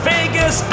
Vegas